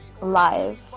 live